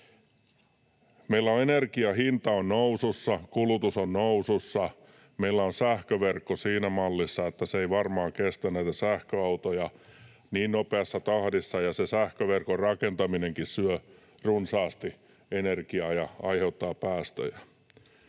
Meillä on energian hinta nousussa, kulutus on nousussa, meillä on sähköverkko siinä mallissa, että se ei varmaan kestä näitä sähköautoja niin nopeassa tahdissa, ja se sähköverkon rakentaminenkin syö runsaasti energiaa ja aiheuttaa päästöjä.